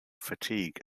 fatigue